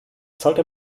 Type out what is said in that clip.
sollte